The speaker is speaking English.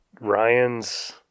Ryan's